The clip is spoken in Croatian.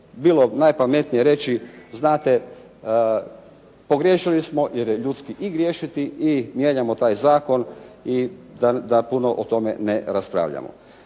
bilo najpametnije reći znate pogriješili smo jer je ljudski i griješiti i mijenjamo taj zakon i da puno o tome ne raspravljamo.